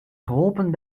geholpen